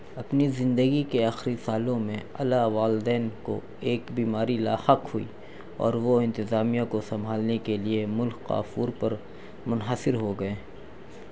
اپنی زندگی کے آخری سالوں میں علاؤالدین کو ایک بیماری لاحق ہوئی اور وہ انتظامیہ کو سنبھالنے کے لیے ملک کافور پر منحصر ہو گیے